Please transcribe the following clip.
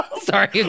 Sorry